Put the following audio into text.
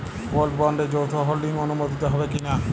Gold বন্ডে যৌথ holding অনুমোদিত হবে কিনা?